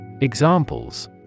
Examples